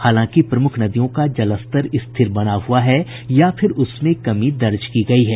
हालांकि प्रमुख नदियों का जलस्तर स्थिर बना हुआ है या फिर उसमें कमी दर्ज की गयी है